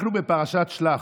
אנחנו בפרשת שלח,